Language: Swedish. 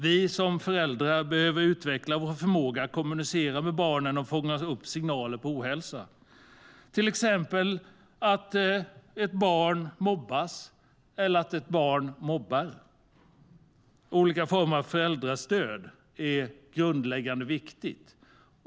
Vi som föräldrar behöver utveckla vår förmåga att kommunicera med barnen och fånga upp signaler på ohälsa, till exempel att ett barn mobbas eller att ett barn mobbar. Olika former av föräldrastöd är grundläggande viktigt.